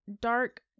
dark